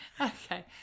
okay